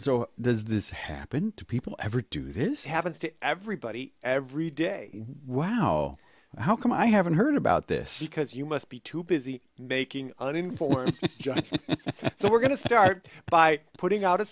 this happen to people ever do this happens to everybody every day wow how come i haven't heard about this because you must be too busy making uninformed so we're going to start by putting out a